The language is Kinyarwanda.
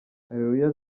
areruya